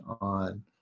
on